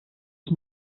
ich